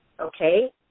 okay